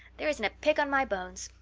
there isn't a pick on my bones.